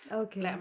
okay